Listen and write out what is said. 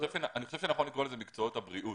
אני חושב שנכון לקרוא לזה מקצועות הבריאות.